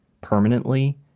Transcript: permanently